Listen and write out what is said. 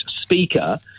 speaker